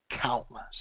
countless